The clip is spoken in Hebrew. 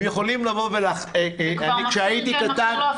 הם יכולים --- זה כבר מכשיר כן מכשיר לא,